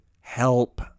help